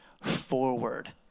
forward